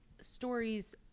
stories